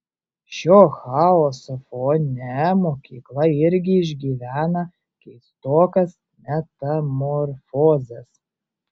šio chaoso fone mokykla irgi išgyvena keistokas metamorfozes